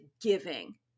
giving